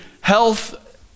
health